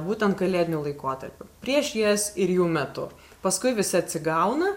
būtent kalėdiniu laikotarpiu prieš jas ir jų metu paskui visi atsigauna